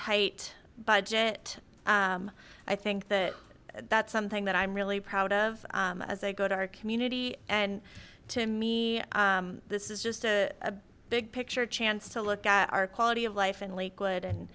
tight budget i think that that's something that i'm really proud of as i go to our community and to me this is just a big picture chance to look at our quality of life in lakewood and